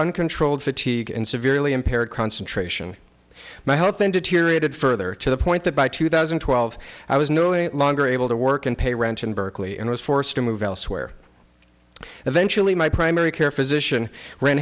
uncontrolled fatigue and severely impaired concentration my health and deteriorated further to the point that by two thousand and twelve i was newly longer able to work and pay rent in berkeley and was forced to move elsewhere eventually my primary care physician r